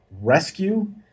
rescue